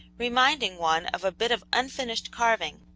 reminding one of a bit of unfinished carving,